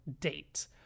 date